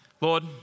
Lord